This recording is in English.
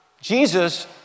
Jesus